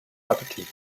appetit